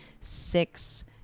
six